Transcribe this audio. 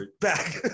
back